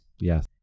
Yes